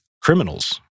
criminals